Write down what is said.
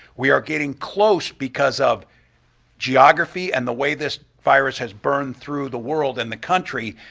we are getting close because of geography and the way this virus has burned through the world and the country,